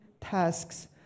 tasks